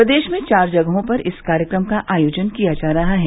प्रदेश में चार जगहों पर इस कार्यक्रम का आयोजन किया जा रहा है